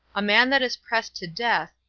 a man that is pressed to death,